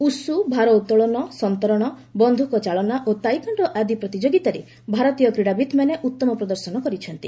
ଉସ୍କ ଭାରୋତ୍ତଳନ ସନ୍ତରଣ ବନ୍ଧୁକ ଚାଳନା ଓ ତାଇକୋଣ୍ଡୋ ଆଦି ପ୍ରତିଯୋଗିତାରେ ଭାରତୀୟ କ୍ରୀଡ଼ାବିତ୍ମାନେ ଉତ୍ତମ ପ୍ରଦର୍ଶନ କରିଛନ୍ତି